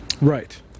Right